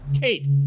Kate